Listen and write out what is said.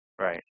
Right